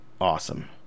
awesome